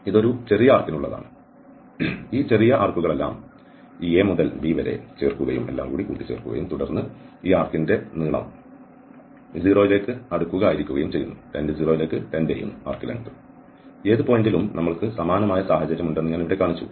ഇത് ഒരു ചെറിയ ആർക്കിനുള്ളതാണ് ഈ ചെറിയ ആർക്കുകളെല്ലാം ഈ A മുതൽ B വരെ ചേർക്കുകയും തുടർന്ന് ഈ ആർക്കിന്റെ നീളം 0 യിലേക്ക് അടുക്കുക ആയിരിക്കുകയും ചെയ്യുന്നു ഏത് പോയിന്റിലും നമ്മൾക്ക് സമാനമായ സാഹചര്യം ഉണ്ടെന്ന് ഞാൻ ഇവിടെ കാണിച്ചു